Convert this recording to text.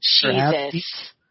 Jesus